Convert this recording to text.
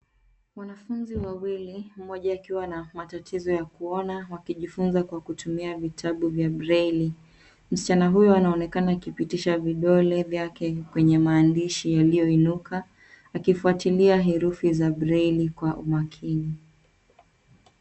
Wanafunzi wawili, mmoja akiwa na matatizo ya kuona wakijifunza kwa kutumia vitabu vya breili. Msichana huyo anaonekana akipitisha vidole vyake kwenye maandishi yaliyoinuka akifuatilia herufi za breili kwa umakini.